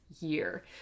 year